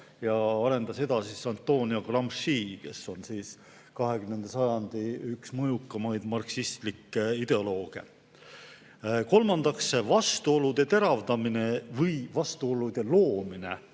arendas edasi Antonio Gramsci, kes oli üks 20. sajandi mõjukaimaid marksistlikke ideolooge; kolmandaks, vastuolude teravdamine või vastuolude loomine